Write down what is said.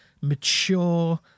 mature